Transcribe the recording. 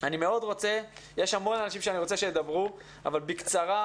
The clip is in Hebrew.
יש המון אנשים שאני רוצה שידברו, אבל בקצרה.